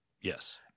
Yes